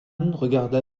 regarda